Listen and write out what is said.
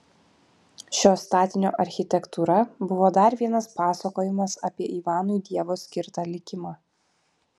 šio statinio architektūra buvo dar vienas pasakojimas apie ivanui dievo skirtą likimą